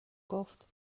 گفت